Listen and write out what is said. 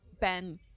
Ben